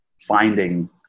finding